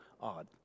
odd